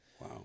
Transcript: Wow